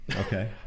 Okay